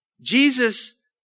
Jesus